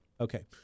Okay